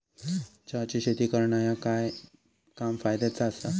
चहाची शेती करणा ह्या काम फायद्याचा आसा